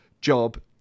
job